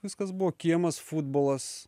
viskas buvo kiemas futbolas